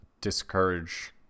discourage